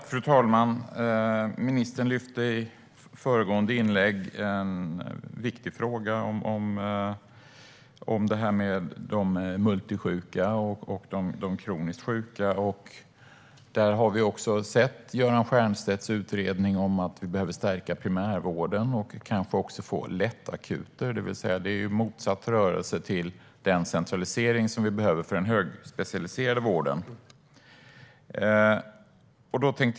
Fru talman! Ministern lyfte i föregående inlägg upp en viktig fråga. Det handlade om de multisjuka och de kroniskt sjuka. Göran Stiernstedt tar i sin utredning upp att vi behöver stärka primärvården och kanske också få lättakuter. Detta är en motsatt rörelse till den centralisering som vi behöver för den högspecialiserade vården.